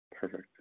perfect